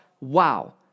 wow